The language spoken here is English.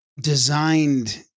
designed